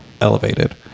elevated